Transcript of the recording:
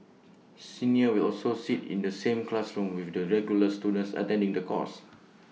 seniors will also sit in the same classrooms with the regular students attending the course